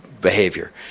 behavior